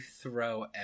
throw